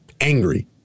angry